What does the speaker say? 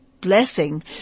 blessing